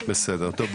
שלום לכולם.